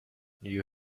you